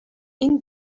این